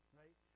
right